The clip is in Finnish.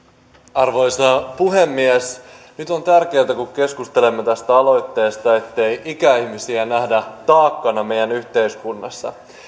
arvoisa puhemies nyt on tärkeätä kun keskustelemme tästä aloitteesta ettei ikäihmisiä nähdä taakkana meidän yhteiskunnassa